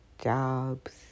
jobs